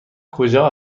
کجا